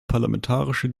parlamentarische